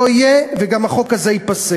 אין, ולא יהיה, וגם החוק הזה ייפסל.